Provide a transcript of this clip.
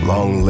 Long